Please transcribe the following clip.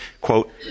quote